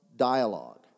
dialogue